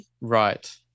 Right